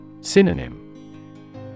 Synonym